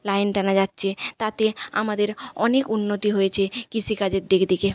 line টানা যাচ্ছে তাতে আমাদের অনেক উন্নতি হয়েছে কৃষিকাজের দিক দিকে